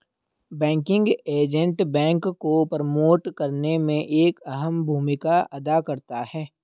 banking agent bank को promote करने में एक अहम भूमिका अदा करता है